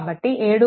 కాబట్టి 7